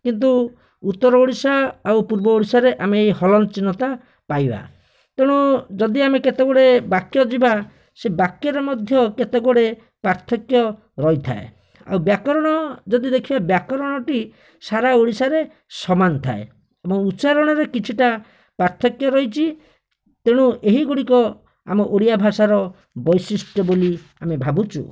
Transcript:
କିନ୍ତୁ ଉତ୍ତର ଓଡ଼ିଶା ଆଉ ପୂର୍ବ ଓଡ଼ିଶାରେ ଆମେ ଏହି ହଳନ୍ତ୍ ଚିହ୍ନଟା ପାଇବା ତେଣୁ ଯଦି ଆମେ କେତେଗୁଡ଼ିଏ ବାକ୍ୟ ଯିବା ସେ ବାକ୍ୟରେ ମଧ୍ୟ କେତେଗୁଡ଼ିଏ ପାର୍ଥକ୍ୟ ରହିଥାଏ ଆଉ ବ୍ୟାକରଣ ଯଦି ଦେଖିବା ବ୍ୟାକରଣଟି ସାରା ଓଡ଼ିଶାରେ ସମାନ ଥାଏ ଏବଂ ଉଚ୍ଚାରଣରେ କିଛିଟା ପାର୍ଥକ୍ୟ ରହିଛି ତେଣୁ ଏହିଗୁଡ଼ିକ ଆମ ଓଡ଼ିଆ ଭାଷାର ବୈଶିଷ୍ଟ୍ୟ ବୋଲି ଆମେ ଭାବୁଛୁ